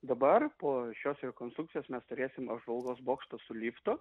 dabar po šios rekonstrukcijos mes turėsim apžvalgos bokštą su liftu